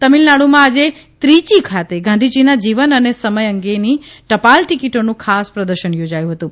તમીલનાડુમાં આજે ત્રીયી ખાતે ગાંધીજીના જીવન અને સમય અંગેની ટ ાલ ટીકીટોનું ખાસ પ્રદર્શન યોજાયું હતુ